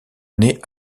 naît